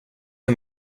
hur